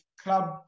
club